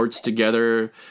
together